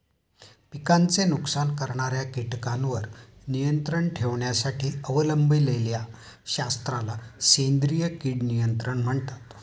पिकांचे नुकसान करणाऱ्या कीटकांवर नियंत्रण ठेवण्यासाठी अवलंबिलेल्या शास्त्राला सेंद्रिय कीड नियंत्रण म्हणतात